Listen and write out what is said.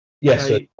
Yes